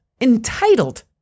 entitled